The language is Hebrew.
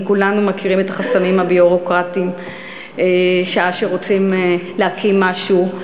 וכולנו מכירים את החסמים הביורוקרטיים שעה שרוצים להקים משהו.